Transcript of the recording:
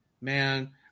Man